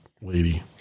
lady